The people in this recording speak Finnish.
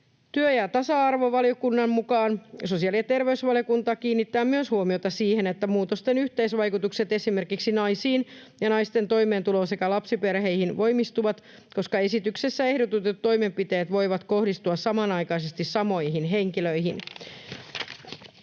Työ- ja tasa-arvovaliokunnan tavoin sosiaali- ja terveysvaliokunta kiinnittää huomiota myös siihen, että muutosten yhteisvaikutukset esimerkiksi naisiin ja naisten toimeentuloon sekä lapsiperheisiin voimistuvat, koska esityksessä ehdotetut toimenpiteet voivat kohdistua samanaikaisesti samoihin henkilöihin.